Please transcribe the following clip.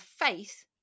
faith